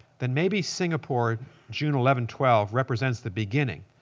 then maybe singapore june eleven, twelve represents the beginning,